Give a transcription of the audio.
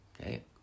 Okay